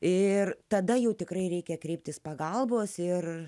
ir tada jau tikrai reikia kreiptis pagalbos ir